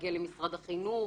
להגיע למשרד החינוך,